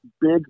big